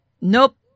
nope